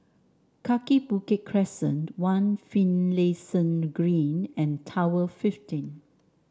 Kaki Bukit Crescent One Finlayson Green and Tower Fifteen